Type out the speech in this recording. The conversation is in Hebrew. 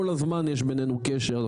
כל הזמן יש בינינו קשר,